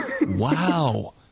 Wow